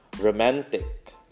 romantic